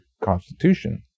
Constitution